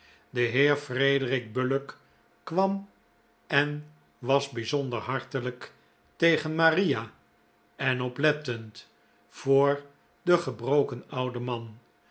de heer frederic bullock kwam en was bijzonder hartelijk tegen maria en oplettend voor den gebroken ouden man